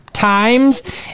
times